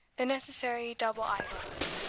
the necessary double eyeglass,